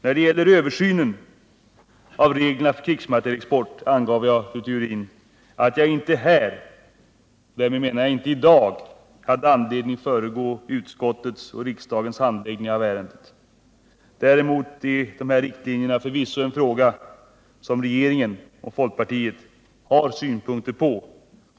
När det gäller översynen av reglerna för krigsmaterielexport angav jag, fru Theorin, att jag inte i dag har anledning föregå utskottets och riksdagens handläggning av ärendet. Däremot är reglerna förvisso en fråga som regeringen och folkpartiet har synpunkter på.